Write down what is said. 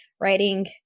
Writing